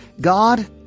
God